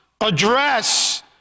address